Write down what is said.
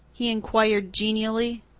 he inquired genially.